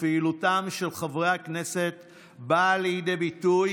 ופעילותם של חברי הכנסת באה לידי ביטוי